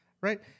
right